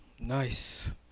nice